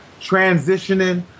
transitioning